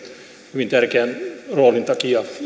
hyvin tärkeän roolin takia